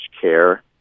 care